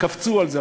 קפצו על זה,